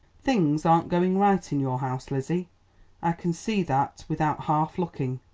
things aren't going right in your house, lizzie i can see that without half looking.